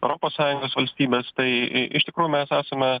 europos sąjungos valstybes tai iš tikrųjų mes esame